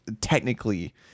technically